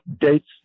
dates